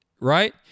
right